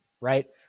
Right